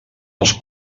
als